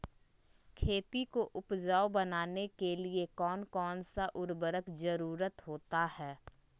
खेती को उपजाऊ बनाने के लिए कौन कौन सा उर्वरक जरुरत होता हैं?